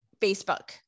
Facebook